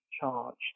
charged